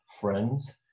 friends